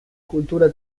cultura